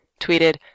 tweeted